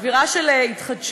אווירה של התחדשות,